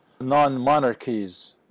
non-monarchies